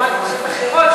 לעומת כוסות אחרות,